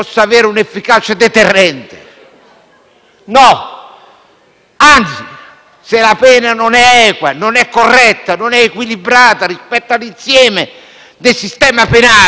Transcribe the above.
No. Anzi, se la pena non è equa, non è corretta, non è equilibrata rispetto all'insieme del sistema penale, alla gravità del fatto,